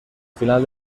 final